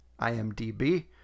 IMDb